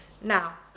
Now